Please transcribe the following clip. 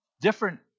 different